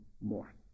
more